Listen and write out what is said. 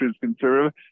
conservative